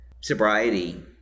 sobriety